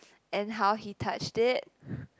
and how he touched it